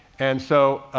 and so,